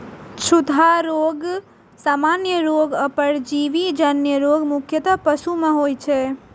छूतहा रोग, सामान्य रोग आ परजीवी जन्य रोग मुख्यतः पशु मे होइ छै